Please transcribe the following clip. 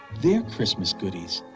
their christmas goodies?